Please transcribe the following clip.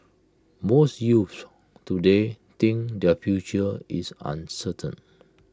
most youths today think their future is uncertain